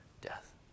death